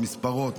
מספרות,